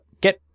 get